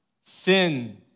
sin